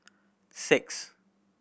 six